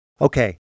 okay